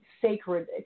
sacred